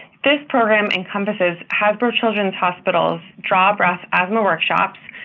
this program encompasses hasbro children's hospital's draw a breath asthma workshops,